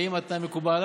האם התנאי מקובל עלייך?